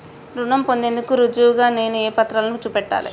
రుణం పొందేందుకు రుజువుగా నేను ఏ పత్రాలను చూపెట్టాలె?